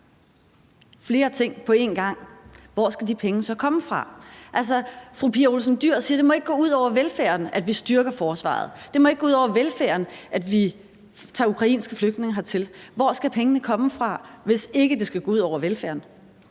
flere ting på én gang – hvor skal de penge så komme fra? Altså, fru Pia Olsen Dyhr siger, at det ikke må gå ud over velfærden, at vi styrker forsvaret. Det må ikke gå ud over velfærden, at vi tager ukrainske flygtninge hertil. Hvor skal pengene komme fra, hvis ikke det skal gå ud over velfærden?